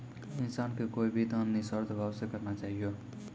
इंसान के कोय भी दान निस्वार्थ भाव से करना चाहियो